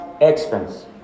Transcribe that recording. expense